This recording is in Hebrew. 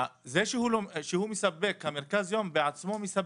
זה שהמרכז יום בעצמו מספק,